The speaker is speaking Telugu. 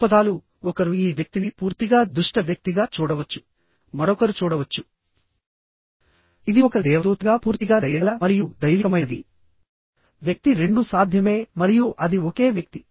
దృక్పథాలు ఒకరు ఈ వ్యక్తిని పూర్తిగా దుష్ట వ్యక్తిగా చూడవచ్చు మరొకరు చూడవచ్చు ఇది ఒక దేవదూతగా పూర్తిగా దయగల మరియు దైవికమైనది వ్యక్తి రెండూ సాధ్యమే మరియు అది ఒకే వ్యక్తి